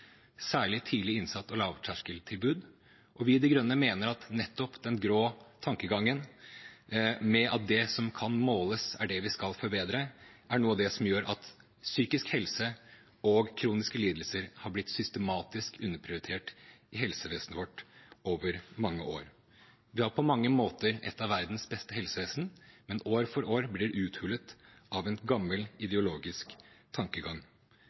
særlig tidlig innsats og lavterskeltilbud. Vi i De Grønne mener at nettopp den grå tankegangen om at det som kan måles, er det vi skal forbedre, er noe av det som gjør at psykisk helse og kroniske lidelser har blitt systematisk underprioritert i helsevesenet vårt over mange år. Vi har på mange måter et av verdens beste helsevesen, men år for år blir det uthulet av en gammel ideologisk tankegang.